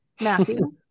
Matthew